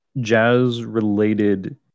jazz-related